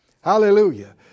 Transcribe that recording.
Hallelujah